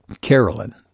Carolyn